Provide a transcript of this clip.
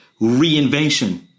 reinvention